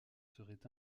seraient